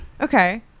Okay